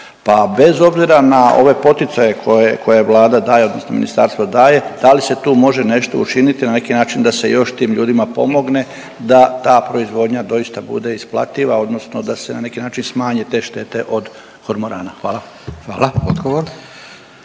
pa bez obzira na ove poticaje koje, koje Vlada daje odnosno ministarstvo daje da li se tu može nešto učiniti na neki način da se još tim ljudima pomogne da ta proizvodnja doista bude isplativa odnosno da se na neki način smanje te štete od kormorana. Hvala.